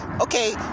Okay